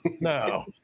No